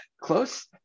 close